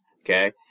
okay